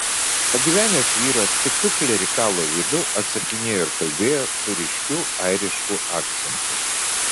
pagyvenęs vyras piktu klerikalo veidu atsakinėjo ir kalbėjo su ryškiu airišku akcentu